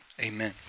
amen